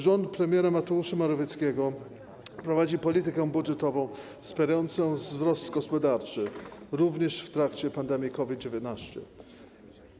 Rząd premiera Mateusza Morawieckiego prowadzi politykę budżetową wspierającą wzrost gospodarczy również w trakcie pandemii COVID-19.